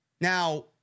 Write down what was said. Now